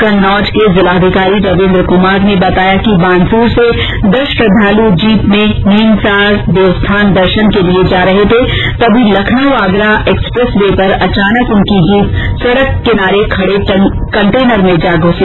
कन्नौज के जिलाधिकारी रवींद्र कुमार ने बताया बानसूर से दस श्रद्धालु जीप गाड़ी में नीमसार देवस्थान दर्शन करने जा रहे थे कि तभी लखनऊ आगरा एक्सप्रेसवे पर अचानक उनकी जीप सडक किनारे खड़े कंटेनर में जा घुसी